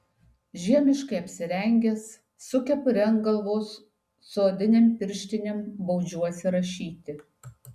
žiemiškai apsirengęs su kepure ant galvos su odinėm pirštinėm baudžiuosi rašyti